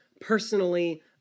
personally